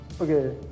Okay